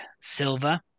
Silva